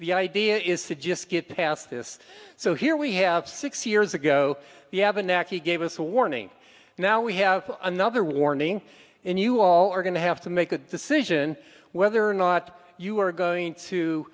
the idea is to just get past this so here we have six years ago you haven't actually gave us a warning and now we have another warning and you all are going to have to make a decision whether or not you are going to